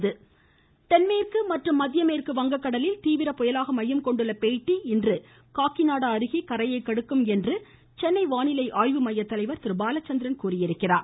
ம் ம் ம் ம் ம் ம வானிலை வாய்ஸ் தென்மேற்கு மற்றும் மத்திய மேற்கு வங்க கடலில் தீவிர புயலாக மையம் கொண்டுள்ள பெய்ட்டி இன்று காக்கிநாடா அருகே கரையை கடக்கும் என்று சென்னை வானிலை ஆய்வு மைய தலைவர் பாலச்சந்திரன் தெரிவித்துள்ளார்